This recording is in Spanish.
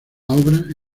obra